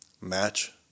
match